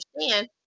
understand